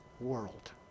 world